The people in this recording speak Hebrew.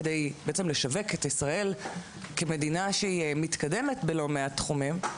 כדי לשווק את ישראל כמדינה שהיא מתקדמת בלא מעט תחומים,